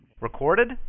Recorded